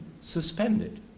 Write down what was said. suspended